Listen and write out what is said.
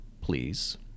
please